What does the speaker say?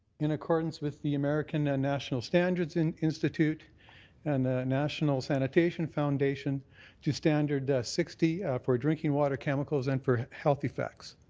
in accordance with the american ah national standards institute and the national sanitation foundation to standard sixty for drinking water chemicals and for health effects.